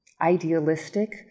idealistic